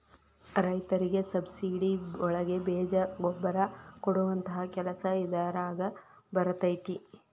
ರೈತರಿಗೆ ಸಬ್ಸಿಡಿ ಒಳಗೆ ಬೇಜ ಗೊಬ್ಬರ ಕೊಡುವಂತಹ ಕೆಲಸ ಇದಾರಗ ಬರತೈತಿ